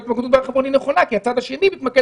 ההתמקדות בהר חברון היא נכונה כי הצד השני מתמקד